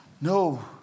No